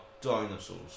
dinosaurs